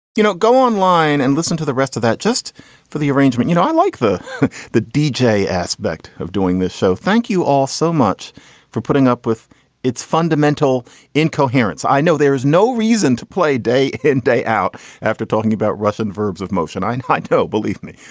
you know, go online and listen to the rest of that just for the arrangement, you know, i like the the deejay aspect of doing this show. thank you all so much for putting up with its fundamental incoherence. i know there is no reason to play day in, out after talking about russian verbs of motion in high-top, believe me,